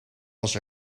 was